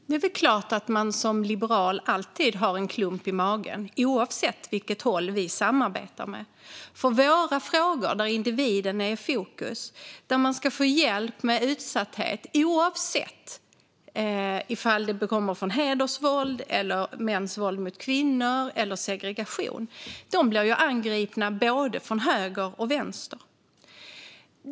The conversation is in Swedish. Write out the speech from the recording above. Fru talman! Det är klart att man som liberal alltid har en klump i magen, oavsett åt vilket håll man samarbetar. För oss är individen i fokus, och människor ska få hjälp med utsatthet oavsett om det handlar om hedersvåld, mäns våld mot kvinnor eller segregation. Dessa människor blir angripna från både höger och vänster.